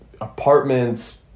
apartments